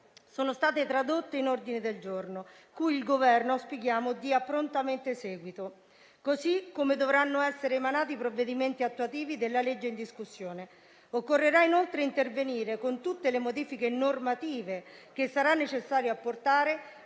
sono state tradotte in ordini del giorno cui il Governo auspichiamo dia prontamente seguito, così come dovranno essere emanati i provvedimenti attuativi della legge in discussione. Occorrerà, inoltre, intervenire con tutte le modifiche normative che sarà necessario apportare,